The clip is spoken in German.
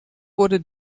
wurde